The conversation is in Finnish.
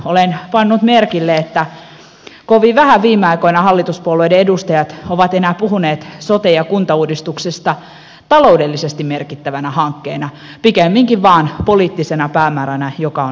olen pannut merkille että kovin vähän viime aikoina hallituspuolueiden edustajat ovat enää puhuneet sote ja kuntauudistuksesta taloudellisesti merkittävänä hankkeena pikemminkin vain poliittisena päämääränä joka on väkisin toteutettava